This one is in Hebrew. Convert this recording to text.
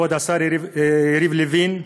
כבוד השר יריב לוין,